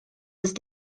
ist